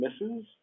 misses